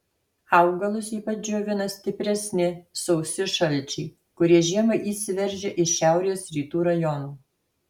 augalus ypač džiovina stipresni sausi šalčiai kurie žiemą įsiveržia iš šiaurės rytų rajonų